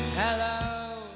Hello